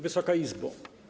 Wysoka Izbo!